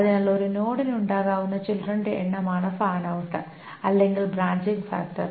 അതിനാൽ ഒരു നോഡിന് ഉണ്ടാകാവുന്ന ചിൽഡ്രൻറെ എണ്ണമാണ് ഫാൻ ഔട്ട് അല്ലെങ്കിൽ ബ്രാഞ്ചിംഗ് ഫാക്ടർ